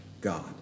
God